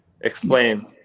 explain